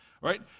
right